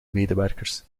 medewerkers